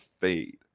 fade